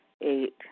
Eight